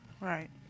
Right